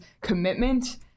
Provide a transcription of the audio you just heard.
commitment